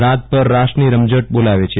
રાતભર રાસની રમઝટ બોલાવે છે